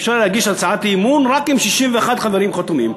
אפשר היה להגיש הצעת אי-אמון רק אם 61 חברים חתומים.